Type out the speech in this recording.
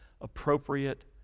appropriate